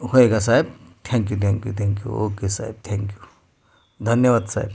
होय का साहेब थँक्यू थँक्यू थँक्यू ओके साहेब थँक्यू धन्यवाद साहेब